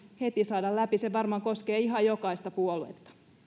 heti saada läpi se varmaan koskee ihan jokaista puoluetta